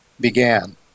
began